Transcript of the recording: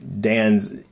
Dan's